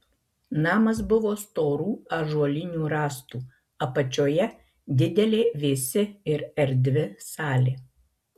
namas buvo storų ąžuolinių rąstų apačioje didelė vėsi ir erdvi salė